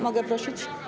Mogę prosić?